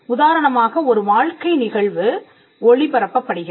உதாரணமாக ஒரு வாழ்க்கை நிகழ்வு ஒளிபரப்பப்படுகிறது